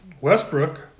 Westbrook